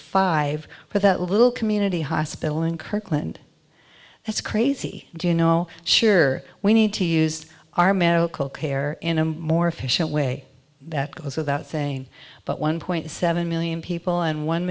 five for that little community hospital in kirkland that's crazy you know sure we need to use our medical care in a more efficient way that goes without saying but one point seven million people and one